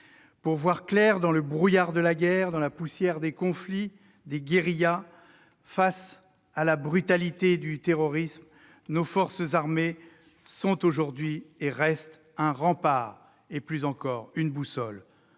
pour voir clair dans le brouillard de la guerre, dans la poussière des conflits, des guérillas, face à la brutalité du terrorisme, nos forces armées sont un rempart et une boussole.